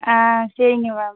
சரிங்க மேம்